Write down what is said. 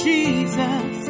Jesus